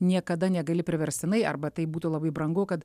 niekada negali priverstinai arba tai būtų labai brangu kad